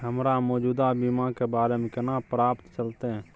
हमरा मौजूदा बीमा के बारे में केना पता चलते?